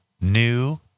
New